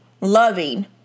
loving